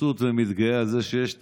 מבסוט ומתגאה על זה שיש תקציב.